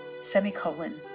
semicolon